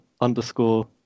underscore